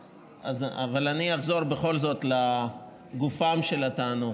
אבל אני אחזור בכל זאת לגופן של הטענות.